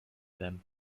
them